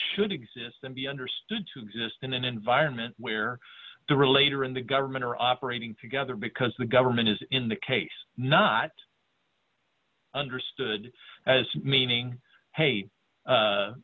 should exist and be understood to exist in an environment where the relator in the government are operating together because the government is in the case not understood as meaning hey